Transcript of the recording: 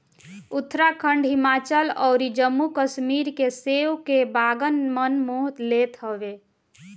उत्तराखंड, हिमाचल अउरी जम्मू कश्मीर के सेब के बगान मन मोह लेत हवे